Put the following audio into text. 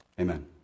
Amen